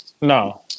No